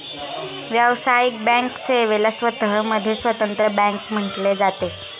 व्यावसायिक बँक सेवेला स्वतः मध्ये स्वतंत्र बँक म्हटले जाते